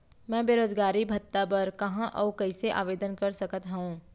मैं बेरोजगारी भत्ता बर कहाँ अऊ कइसे आवेदन कर सकत हओं?